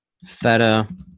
feta